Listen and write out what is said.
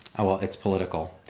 well, it's political.